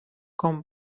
com